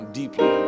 deeply